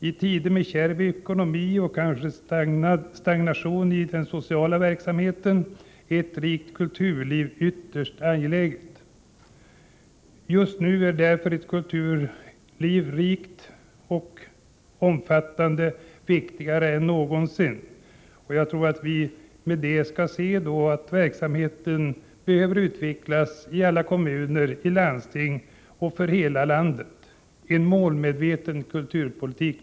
I tider med kärv ekonomi och kanske också stagnation i den sociala verksamheten är ett rikt kulturliv ytterst angeläget. Just i dag är därför ett rikt och omfattande kulturliv nödvändigare än någonsin, och därför behöver vi nu i alla kommuner, i alla landsting och för hela Sverige en aktiv, målmedveten kulturpolitik.